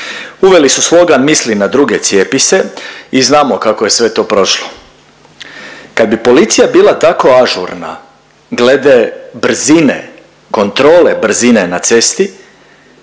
uveli su slogan „Misli na druge, cijepi se“ i znamo kako je sve to prošlo. Kad bi policija bila tako ažurna glede brzine, kontrole brzine na cesti